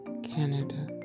Canada